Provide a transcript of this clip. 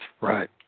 Right